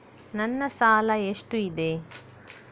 ನನ್ನ ಸಾಲ ಎಷ್ಟು ಇದೆ?